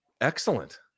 excellent